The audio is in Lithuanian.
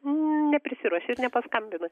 neprisiruošiu ir nepaskambinu